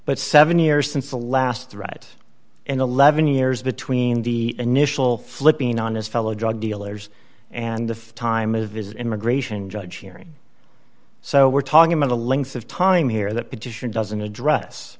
but seven years since the last threat and eleven years between the initial flipping on his fellow drug dealers and the time of his immigration judge hearing so we're talking about the length of time here that petition doesn't address